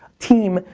team,